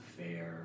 fair